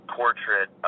portrait